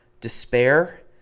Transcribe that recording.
despair